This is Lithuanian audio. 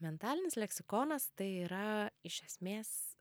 mentalinis leksikonas tai yra iš esmės